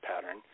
pattern